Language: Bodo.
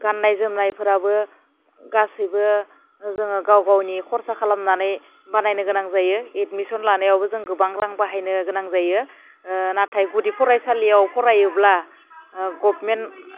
गान्नाय जोमनायफोराबो गासैबो जोङो गाव गावनि खरसा खालामनानै बानायनो गोनां जायो एडमिसन लानायावबो जों गोबां रां बाहायनो गोनां जायो नाथाय गुदि फरायसालियाव फरायोब्ला गभमेन्ट